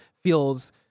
feels